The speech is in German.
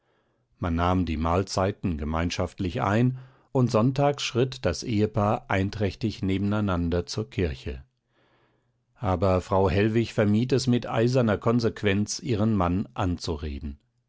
man nahm die mahlzeiten gemeinschaftlich ein und sonntags schritt das ehepaar einträchtig nebeneinander zur kirche aber frau hellwig vermied es mit eiserner konsequenz ihren mann anzureden